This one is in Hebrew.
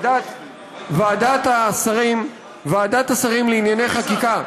ועדת השרים לענייני חקיקה